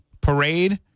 parade